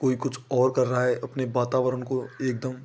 कोई कुछ और कर रहा है अपने वातावरण को एक दम